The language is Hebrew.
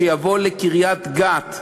שיבוא לקריית-גת.